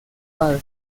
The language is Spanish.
padre